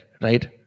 right